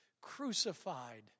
crucified